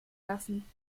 lassen